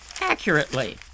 accurately